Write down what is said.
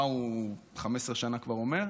מה הוא 15 שנה כבר אומר?